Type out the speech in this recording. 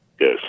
Yes